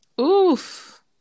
Oof